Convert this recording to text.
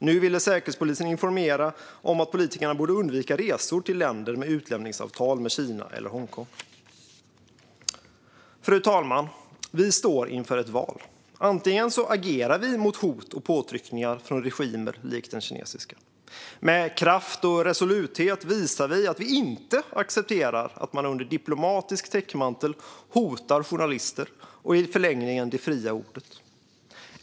Nu ville säkerhetspolisen informera politikerna om att de borde undvika resor till länder med utlämningsavtal med Kina eller Hongkong. Fru talman! Vi står inför ett val. Antingen agerar vi mot hot och påtryckningar från regimer som den kinesiska. Med kraft och resoluthet visar vi att vi inte accepterar att man under diplomatisk täckmantel hotar journalister och i förlängningen det fria ordet.